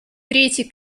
третий